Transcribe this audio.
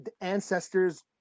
ancestors